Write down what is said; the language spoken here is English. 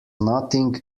nothing